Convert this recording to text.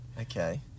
okay